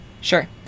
Sure